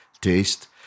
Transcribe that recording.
taste